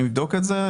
אני אבדוק את זה.